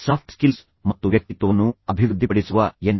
soft skills ಮತ್ತು ವ್ಯಕ್ತಿತ್ವವನ್ನು ಅಭಿವೃದ್ಧಿಪಡಿಸುವ ಎನ್